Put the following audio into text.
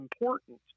important